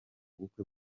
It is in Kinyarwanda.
bukwe